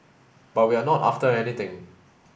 but we're not after anything